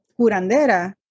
curandera